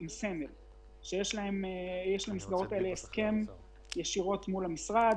יש הסכם ישירות מול המשרד,